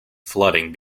flooding